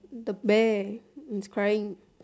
the bear and he's crying